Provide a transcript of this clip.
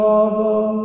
Father